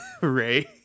Ray